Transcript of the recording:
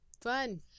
Fun